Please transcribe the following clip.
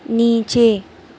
نیچے